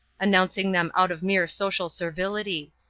announcing them out of mere social servility.